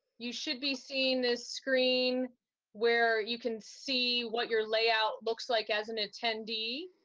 you should be seeing this screen where you can see what your layout looks like as an attendee.